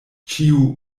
ĉiu